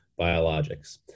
biologics